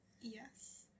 Yes